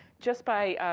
just by,